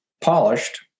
polished